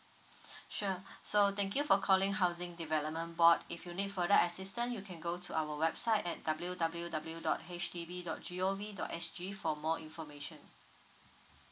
sure so thank you for calling housing development board if you need further assistant you can go to our website at W W W dot H D B dot G O V dot S G for more information